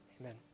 Amen